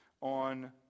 on